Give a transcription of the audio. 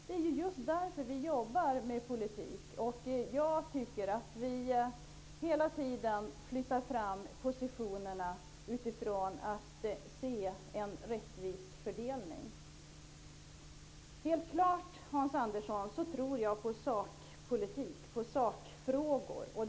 Det är just därför jag jobbar med politik. Jag tycker att vi hela tiden flyttar fram positionerna när det gäller att åstadkomma en rättvis fördelning. Jag tror på sakpolitik, Hans Andersson.